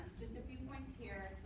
just a few points, here.